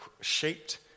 shaped